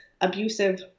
abusive